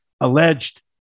alleged